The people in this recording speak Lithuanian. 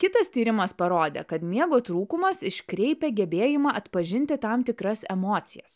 kitas tyrimas parodė kad miego trūkumas iškreipia gebėjimą atpažinti tam tikras emocijas